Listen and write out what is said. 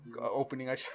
opening